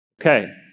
Okay